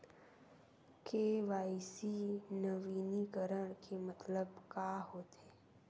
KYC नवीनीकरण के मतलब का होथे?